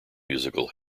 musical